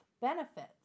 Benefits